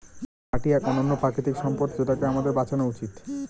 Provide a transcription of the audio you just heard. মাটি এক অনন্য প্রাকৃতিক সম্পদ যেটাকে আমাদের বাঁচানো উচিত